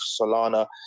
Solana